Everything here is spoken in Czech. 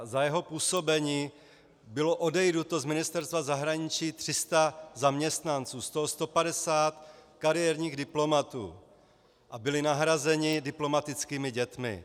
Za jeho působení bylo odejito z Ministerstva zahraničí 300 zaměstnanců, z toho 150 kariérních diplomatů, a byli nahrazeni diplomatickými dětmi.